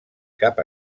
cap